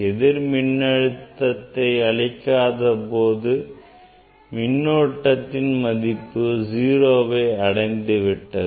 எதிர் மின்னழுத்தத்தை அளிக்காத போதே மின்னோட்டத்தின் மதிப்பு 0வை அடைந்து விட்டது